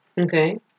Okay